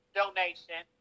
donation